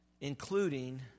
including